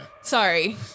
Sorry